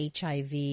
HIV